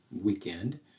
weekend